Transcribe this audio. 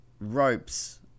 ropes